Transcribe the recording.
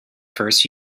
first